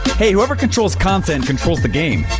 hey, whoever controls content, controls the game.